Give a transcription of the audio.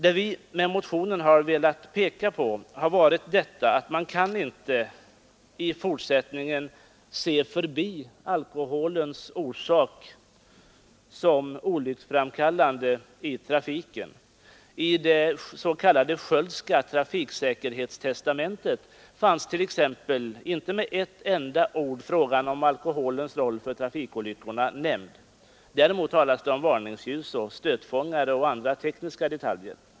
Det vi med motionen har velat peka på är att man inte i fortsättningen kan se förbi alkoholen som olycksorsak i trafiken. I det s.k. Sköldska trafiksäkerhetstestamentet fanns t.ex. inte med ett ord frågan om alkoholens roll för trafikolyckorna nämnd. Däremot talas det om varningsljus, stötfångare och andra tekniska detaljer.